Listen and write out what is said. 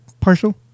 partial